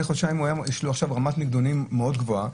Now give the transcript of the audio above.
חודשיים שלושה ברמת נוגדנים מאוד גבוהה,